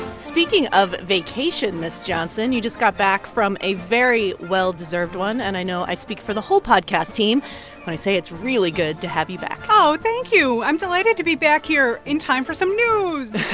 speaking of vacation, ms. johnson, you just got back from a very well-deserved one. and i know i speak for the whole podcast team when i say it's really good to have you back oh, thank you. i'm delighted to be back here in time for some news